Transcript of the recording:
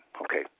Okay